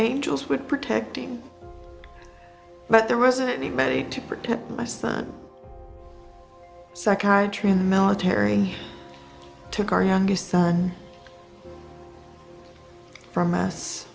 angels with protecting but there wasn't any money to protect my son psychiatry in the military took our youngest son from us